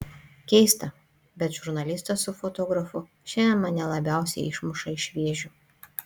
keista bet žurnalistas su fotografu šiandien mane labiausiai išmuša iš vėžių